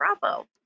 Bravo